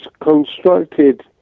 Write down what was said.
constructed